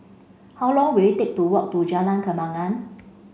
how long will it take to walk to Jalan Kembangan